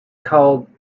called